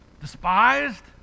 despised